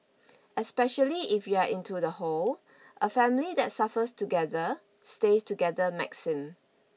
especially if you are into the whole a family that suffers together stays together maxim